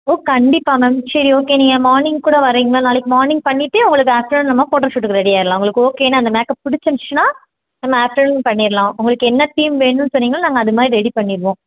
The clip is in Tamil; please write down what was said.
ஓ கண்டிப்பாக மேம் சரி ஓகே நீங்கள் மார்னிங் கூட வரீங்களா நாளைக்கு மார்னிங் பண்ணிவிட்டு உங்களுக்கு ஆஃப்டர்நூன் நம்ம ஃபோட்டோஷூட்டுக்கு ரெடி ஆகிட்லாம் உங்களுக்கு ஓகேன்னால் அந்த மேக்கப் பிடிச்சிருந்துச்சுன்னா நம்ம ஆஃப்டர்நூன் பண்ணிடலாம் உங்களுக்கு என்ன தீம் வேணும்னு சொன்னிங்கன்னால் நாங்கள் அது மாதிரி ரெடி பண்ணிடுவோம்